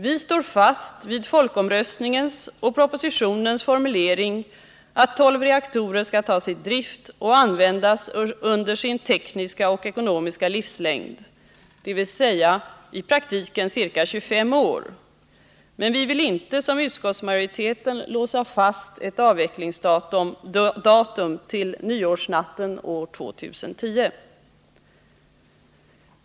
Vi håller fast vid folkomröstningens och propositionens formulering att tolv reaktorer skall tas i drift och användas under sin tekniska och ekonomiska livslängd, dvs. i praktiken ca 25 år. Men vi vill inte, som utskottsmajoriteten, låsa fast ett avvecklingsdatum till nyårsnatten år 2010.